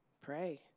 pray